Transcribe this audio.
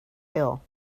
hill